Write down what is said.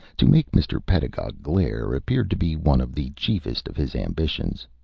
to make mr. pedagog glare appeared to be one of the chiefest of his ambitions.